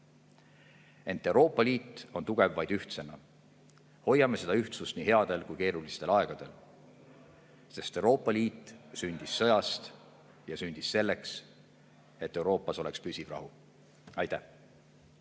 Ent Euroopa Liit on tugev vaid ühtsena. Hoiame seda ühtsust nii headel kui ka keerulistel aegadel, sest Euroopa Liit sündis sõjast ja sündis selleks, et Euroopas oleks püsiv rahu. Aitäh!